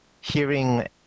hearing